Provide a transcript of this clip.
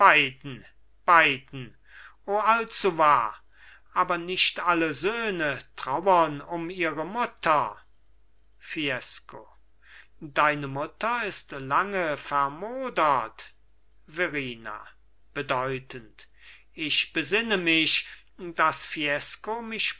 o allzu wahr aber nicht alle söhne trauern um ihre mutter fiesco deine mutter ist lange vermodert verrina bedeutend ich besinne mich daß fiesco mich